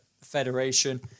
Federation